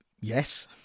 Yes